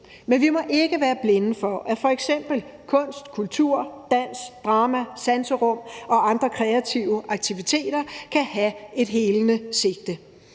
men vi må ikke være blinde for, at f.eks. kunst, kultur, dans, drama, sanserum og andre kreative aktiviteter kan have et helende sigte.